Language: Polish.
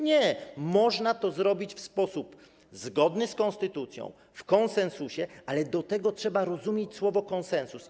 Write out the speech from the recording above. Nie, można to zrobić w sposób zgodny z konstytucją, w konsensusie, ale do tego trzeba rozumieć słowo: konsensus.